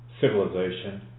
civilization